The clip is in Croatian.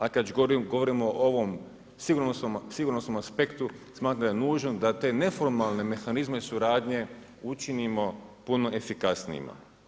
A kada već govorimo o ovom sigurnosnom aspektu smatram da je nužan da te neformalne mehanizme suradnje učinimo puno efikasnijima.